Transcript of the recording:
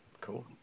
Cool